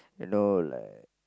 you know like